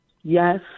yes